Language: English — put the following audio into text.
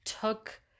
took